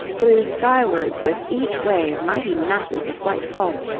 threw skywards with each wave mighty masses of white foam,